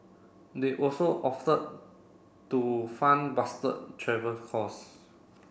they also offered to fund Bastard travel costs